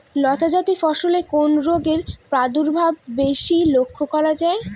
লতাজাতীয় ফসলে কোন রোগের প্রাদুর্ভাব বেশি লক্ষ্য করা যায়?